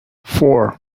four